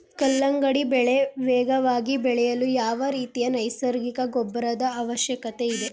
ಕಲ್ಲಂಗಡಿ ಬೆಳೆ ವೇಗವಾಗಿ ಬೆಳೆಯಲು ಯಾವ ರೀತಿಯ ನೈಸರ್ಗಿಕ ಗೊಬ್ಬರದ ಅವಶ್ಯಕತೆ ಇದೆ?